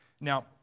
Now